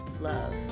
love